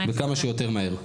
וכמה שיותר מהר.